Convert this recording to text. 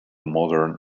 modern